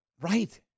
Right